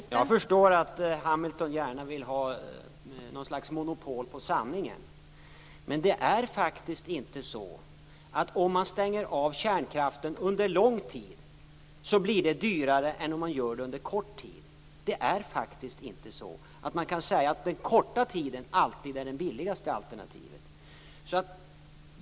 Fru talman! Jag förstår att Hamilton gärna vill ha något slags monopol på sanningen. Men det är faktiskt inte så att det blir dyrare om man stänger av kärnkraften successivt under lång tid än om man gör det under kort tid. Det är faktiskt inte så att man kan säga att den korta tiden alltid är det billigaste alternativet.